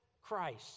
Christ